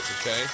okay